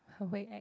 很会 act